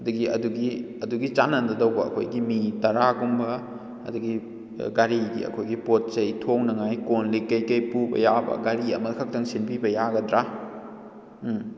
ꯑꯗꯒꯤ ꯑꯗꯨꯒꯤ ꯑꯗꯨꯒꯤ ꯆꯥꯟꯅꯒꯗꯧꯕ ꯑꯩꯈꯣꯏꯒꯤ ꯃꯤ ꯇꯔꯥꯒꯨꯝꯕ ꯑꯗꯒꯤ ꯒꯥꯔꯤꯒꯤ ꯑꯨꯈꯣꯏꯒꯤ ꯄꯣꯠ ꯆꯩ ꯊꯣꯡꯅꯉꯥꯏ ꯀꯣꯟꯂꯤꯛ ꯀꯩꯀꯩ ꯄꯨꯕ ꯌꯥꯕ ꯒꯥꯔꯤ ꯑꯃꯈꯛꯇꯪ ꯁꯤꯟꯕꯤꯕ ꯌꯥꯒꯗ꯭ꯔꯥ ꯎꯝ